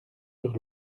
sur